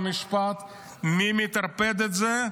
חוק ומשפט: מי מטרפד את זה?